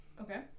Okay